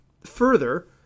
further